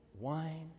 wine